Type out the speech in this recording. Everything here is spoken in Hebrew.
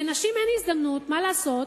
לנשים אין הזדמנות, מה לעשות?